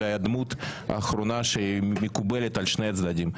אולי הדמות האחרונה שמקובלת על שני הצדדים.